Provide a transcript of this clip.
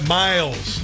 miles